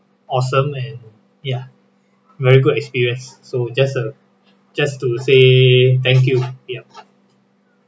awesome and ya very good experience so just a just to say thank you yup